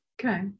Okay